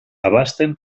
abasten